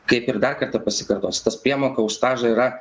kaip ir dar kartą pasikartos tas priemoka už stažą yra